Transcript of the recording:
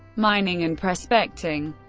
mining and prospecting